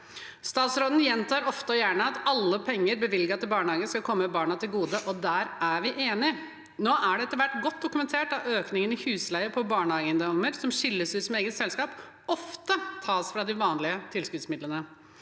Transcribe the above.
Statsråden gjentar ofte og gjerne at alle penger bevilget til barnehagen skal komme barna til gode, og der er vi enige. Nå er det etter hvert godt dokumentert at økningen i husleie for barnehageeiendommer som skilles ut som eget selskap, ofte tas fra de vanlige tilskuddsmidlene.